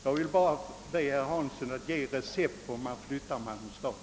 Jag vill bara ha herr Hanssons recept på hur man flyttar Malmö stad.